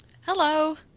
Hello